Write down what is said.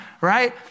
right